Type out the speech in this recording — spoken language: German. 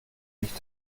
nicht